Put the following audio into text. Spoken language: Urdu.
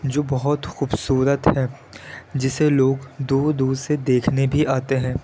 جو بہت خوبصورت ہے جسے لوگ دور دور سے دیکھنے بھی آتے ہیں